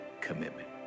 commitment